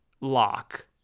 lock